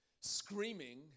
Screaming